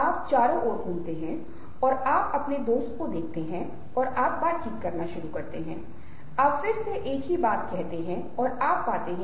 आपको यह बताने का कारण यह है क्योंकि जब हम मांसपेशियों को नियंत्रित कर सकते हैं तो हम उन भावनाओं को हेरफेर करने में सक्षम होते हैं जो हमारे चेहरे पर प्रदर्शित किए गए हैं